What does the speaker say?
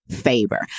favor